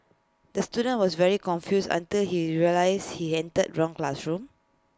the student was very confused until he realised he entered the wrong classroom